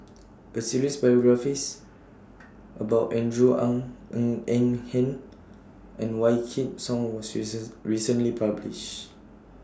A series biographies about Andrew Ang Ng Eng Hen and Wykidd Song was recent recently published